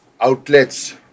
Outlets